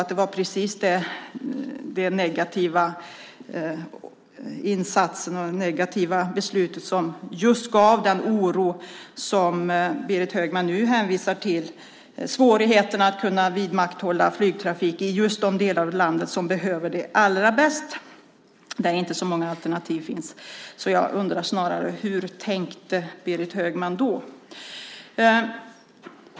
Det var snarare den negativa insatsen och det negativa beslutet som just gav den oro som Berit Högman nu hänvisar till. Det handlar om svårigheten att kunna vidmakthålla flygtrafik i just de delar av landet som behöver det allra bäst och där inte så många alternativ finns. Hur tänkte Berit Högman då?